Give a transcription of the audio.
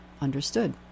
understood